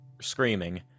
screaming